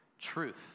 truth